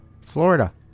Florida